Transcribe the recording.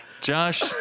Josh